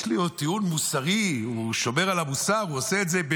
יש לו עוד טיעון מוסרי: הוא שומר על המוסר והוא עושה את זה,